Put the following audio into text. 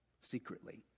secretly